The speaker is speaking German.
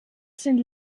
sind